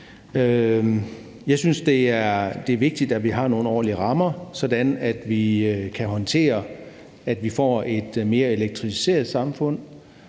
Jeg synes, det er vigtigt, at vi har nogle ordentlige rammer, sådan at vi kan håndtere, at vi får et mere elektrificeret samfund,